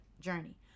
journey